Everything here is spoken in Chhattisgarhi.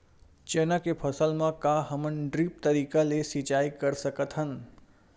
चना के फसल म का हमन ड्रिप तरीका ले सिचाई कर सकत हन?